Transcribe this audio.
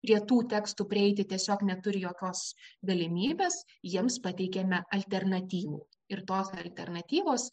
prie tų tekstų prieiti tiesiog neturi jokios galimybės jiems pateikiame alternatyvų ir tos alternatyvos